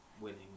winning